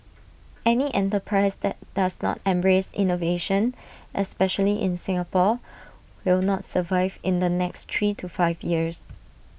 any enterprise that does not embrace innovation especially in Singapore will not survive in the next three to five years